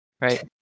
right